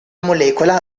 molecola